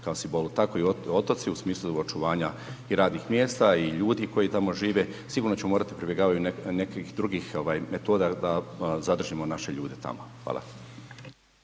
kao simbolu, tako i otoci u smislu očuvanja i radnih mjesta i ljudi koji tamo žive, sigurno ćemo morati pribjegavati nekim drugim metodama da zadržimo naše ljude tamo, hvala.